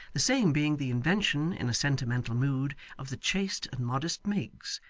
the same being the invention, in a sentimental mood, of the chaste and modest miggs,